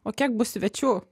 o kiek bus svečių